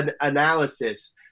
analysis